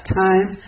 time